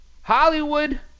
Hollywood